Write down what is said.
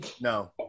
No